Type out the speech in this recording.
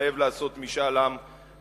התחייב לעשות משאל עם כזה,